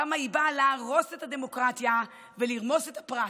כמה היא באה להרוס את הדמוקרטיה ולרמוס את הפרט.